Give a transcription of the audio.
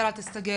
יאללה תסתגל.